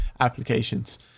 applications